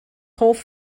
hoff